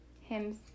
hymns